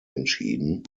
entschieden